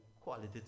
quality